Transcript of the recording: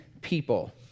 people